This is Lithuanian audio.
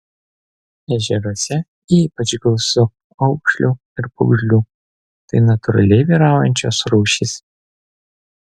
ežeruose ypač gausu aukšlių ir pūgžlių tai natūraliai vyraujančios rūšys